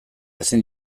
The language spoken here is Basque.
ezin